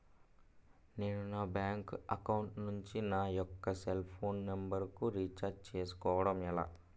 నేను నా bank account నుంచి నా యెక్క సెల్ ఫోన్ నంబర్ కు రీఛార్జ్ చేసుకోవడం ఎలా?